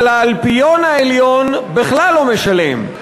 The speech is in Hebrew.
אבל האלפיון העליון בכלל לא משלם.